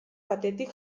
batetik